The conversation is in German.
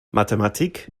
mathematik